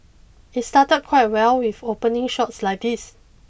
it started quite well with opening shots like these